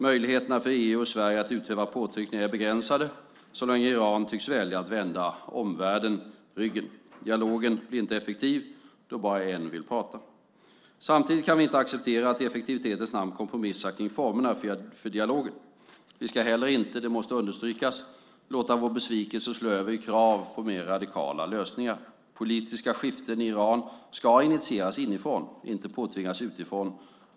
Möjligheterna för EU och Sverige att utöva påtryckningar är begränsade så länge Iran tycks välja att vända omvärlden ryggen. Dialogen blir inte effektiv då bara en vill prata. Samtidigt kan vi inte acceptera att i effektivitetens namn kompromissa kring formerna för dialogen. Vi ska heller inte - det måste understrykas - låta vår besvikelse slå över i krav på mer radikala lösningar. Politiska skiften i Iran ska initieras inifrån, inte påtvingas utifrån.